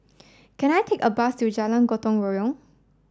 can I take a bus to Jalan Gotong Royong